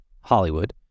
Hollywood